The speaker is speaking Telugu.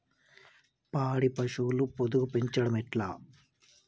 పాడి పశువుల పొదుగు పెంచడం ఎట్లా?